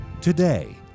Today